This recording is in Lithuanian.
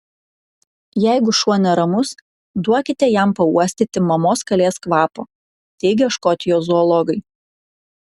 jeigu šuo neramus duokite jam pauostyti mamos kalės kvapo teigia škotijos zoologai